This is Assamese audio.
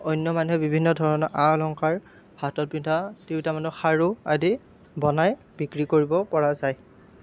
অন্য মানুহে বিভিন্ন ধৰণৰ আ অলংকাৰ হাতত পিন্ধা তিৰোতা মানুহৰ খাৰু আদি বনাই বিক্ৰী কৰিব পৰা যায়